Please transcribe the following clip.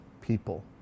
people